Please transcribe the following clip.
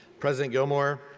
president gilmour,